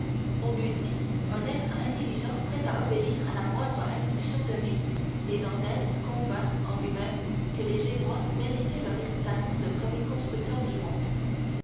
on eût dit un être intelligent prêt à obéir à la moindre impulsion donnée et dantès convint en lui-même que les génois méritaient leur réputation de premiers constructeurs du monde